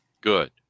Good